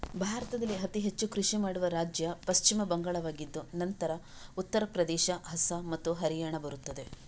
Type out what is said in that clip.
ಭಾರತದಲ್ಲಿ ಅತಿ ಹೆಚ್ಚು ಕೃಷಿ ಮಾಡುವ ರಾಜ್ಯ ಪಶ್ಚಿಮ ಬಂಗಾಳವಾಗಿದ್ದು ನಂತರ ಉತ್ತರ ಪ್ರದೇಶ, ಅಸ್ಸಾಂ ಮತ್ತು ಹರಿಯಾಣ ಬರುತ್ತದೆ